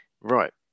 Right